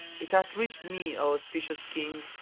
it hath reached me, o auspicious king,